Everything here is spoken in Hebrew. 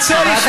במחבלים.